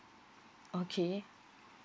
okay